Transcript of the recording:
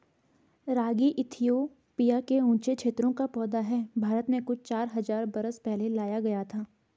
रागी Ethiopia के ऊँचे क्षेत्रों का पौधा है भारत में कुछ चार हज़ार बरस पहले लाया गया था